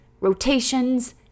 rotations